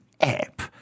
app